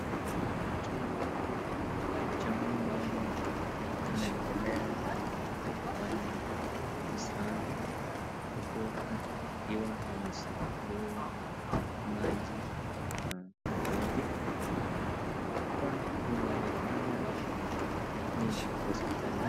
Tunaona jamaa moja anaendelea kufanya usafi huku akiwa ameshikilia maji kwa mtungi. Hapa inaonekana ni hospitalini.